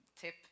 tip